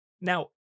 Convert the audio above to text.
Now